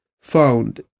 found